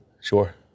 Sure